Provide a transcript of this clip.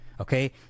Okay